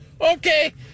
Okay